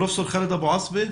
פרופ' ח'אלד אבו עסבה,